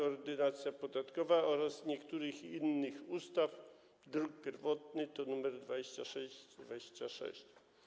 Ordynacja podatkowa oraz niektórych innych ustaw, druk pierwotny nr 2626.